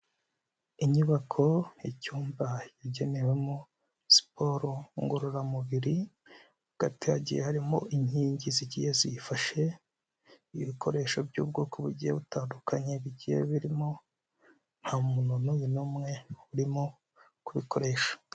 Inyubako y' icyumba yagenewemo siporo ngororamubiri, hagati hagiye harimo inkingi zigiye ziyifashe, ibikoresho by'ubwoko bugiye butandukanye bigiye birimo, nta muntu n'umwe n'umwe urimo kubikoresha.